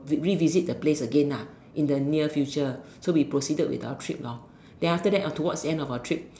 revisit the place again lah in the near future so we proceeded with our trip loh then after that towards the ends of our trips